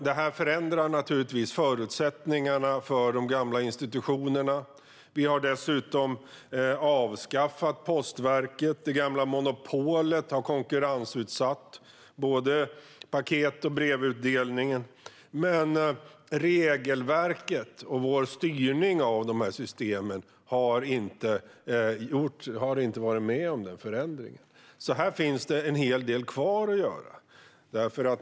Detta förändrar givetvis förutsättningarna för de gamla institutionerna. Vi har dessutom avskaffat Postverket, och det gamla monopolet har konkurrensutsatt både paket och brevutdelningen. Men regelverket och vår styrning av dessa system har inte hängt med i denna förändring. Här menar jag att det finns en hel del kvar att göra.